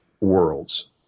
worlds